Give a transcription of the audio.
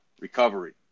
recovery